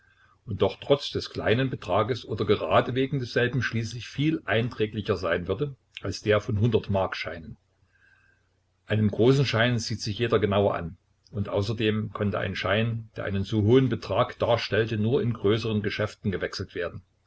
und doch trotz des kleinen betrages oder gerade wegen desselben schließlich viel einträglicher sein würde als der von hundertmarkscheinen einen großen schein sieht sich jeder genauer an und außerdem konnte ein schein der einen so hohen betrag darstellte nur in größeren geschäften gewechselt werden